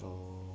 oh